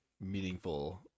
meaningful